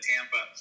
Tampa